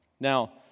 Now